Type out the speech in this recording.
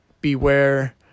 beware